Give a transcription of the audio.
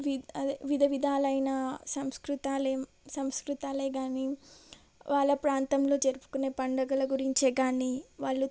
విద్ అదే విధ విధాలైన సంస్కృతాలేం సంస్కృతాలే కానీ వాళ్ళ ప్రాంతంలో జరుపుకునే పండుగల గురించే కానీ వాళ్ళు